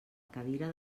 cadira